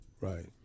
Right